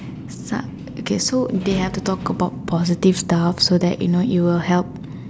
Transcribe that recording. uh okay so they have to talk about positive stuff so that you know it will help